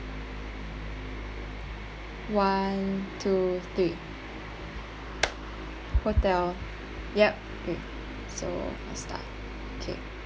one two three hotel yup great so let's start okay